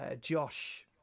Josh